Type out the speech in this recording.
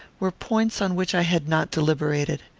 were points on which i had not deliberated.